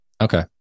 Okay